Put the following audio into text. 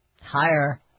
Higher